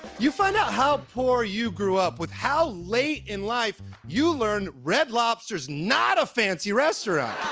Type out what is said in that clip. you find out how poor you grew up with how late in life you learn red lobster's not a fancy restaurant.